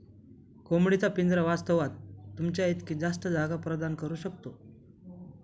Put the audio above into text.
कोंबडी चा पिंजरा वास्तवात, तुमच्या इतकी जास्त जागा प्रदान करू शकतो